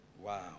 Wow